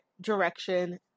direction